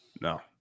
No